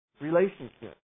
Relationship